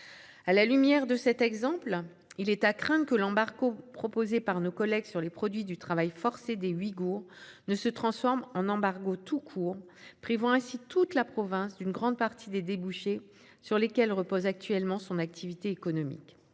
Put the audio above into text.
À la lumière de cet exemple, il est à craindre que l'embargo proposé par nos collègues sur les produits du travail forcé des Ouïghours ne se transforme en embargo tout court, privant ainsi toute la province d'une grande partie des débouchés sur lesquels repose actuellement son activité économique.